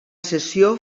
cessió